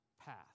path